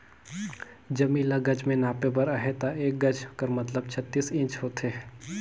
जमीन ल गज में नापे बर अहे ता एक गज कर मतलब छत्तीस इंच होथे